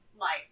life